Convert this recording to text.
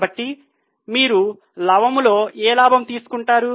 కాబట్టి మీరు లవములో ఏ లాభం తీసుకుంటారు